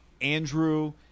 Andrew